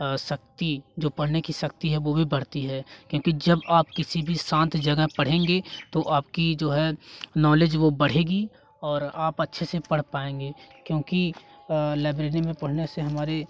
शक्ति जो पढ़ने की शक्ति है वो भी बढ़ती है क्योंकि जब आप किसी भी शांत जगह पढ़ेंगे तो आपकी जो है नॉलेज वो बढ़ेगी और आप अच्छे से पढ़ पाएँगे क्योंकि लाइब्रेरी में पढ़ने से हमारे